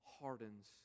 hardens